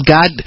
God